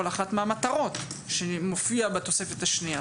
אחת מהמטרות שמופיעות בתוספת השנייה.